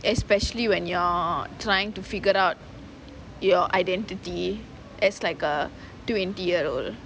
especially when you're trying to figure out your identity as like a twenty year old